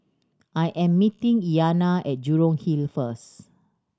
I am meeting Iyanna at Jurong Hill first